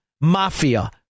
mafia